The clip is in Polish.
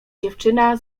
dziewczyna